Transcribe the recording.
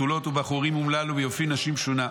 בתולות ובחורים אומללו ויופי נשים שונה.